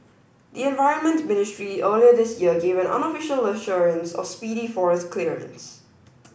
the environment ministry earlier this year gave an unofficial assurance of speedy forest clearance